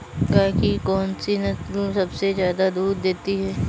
गाय की कौनसी नस्ल सबसे ज्यादा दूध देती है?